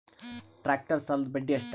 Tractor ಸಾಲದ್ದ ಬಡ್ಡಿ ಎಷ್ಟ?